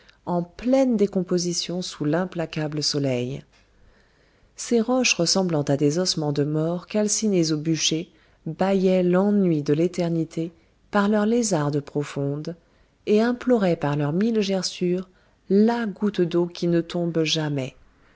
en pleine décomposition sous l'implacable soleil ces roches ressemblaient à des ossements de mort calcinés au bûcher bâillaient l'ennui de l'éternité par leurs lézardes profondes et imploraient par leurs mille gerçures la goutte d'eau qui ne tombe jamais